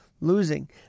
losing